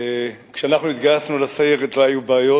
כשאנחנו התגייסנו לסיירת לא היו בעיות.